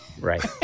right